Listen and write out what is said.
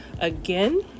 again